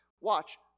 Watch